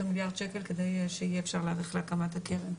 המיליארד שקל כדי שיהיה אפשר להעריך להקמת הקרן.